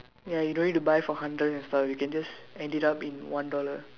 ya you don't need to buy four hundred and stuff you can just end it up in one dollar